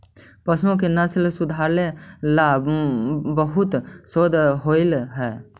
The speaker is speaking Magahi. पशुओं की नस्ल सुधारे ला बहुत शोध होवित हाई